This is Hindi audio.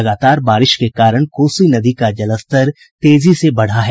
लगातार बारिश के कारण कोसी नदी का जलस्तर तेजी से बढ़ा है